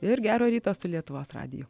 ir gero ryto su lietuvos radiju